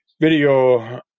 video